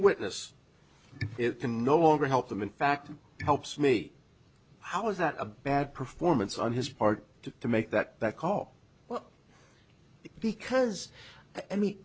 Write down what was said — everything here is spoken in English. witness it can no longer help them in fact it helps me how is that a bad performance on his part to make that call well because any